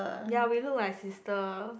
ya we look like sister